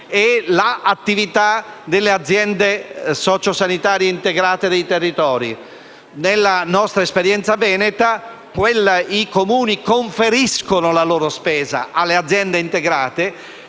e l'attività delle aziende sociosanitarie integrate dei territori. Nella nostra esperienza veneta, i Comuni conferiscono la loro spesa alle aziende integrate